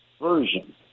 version